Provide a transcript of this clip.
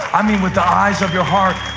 i mean, with the eyes of your heart,